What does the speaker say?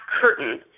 curtain